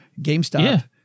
GameStop